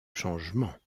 changements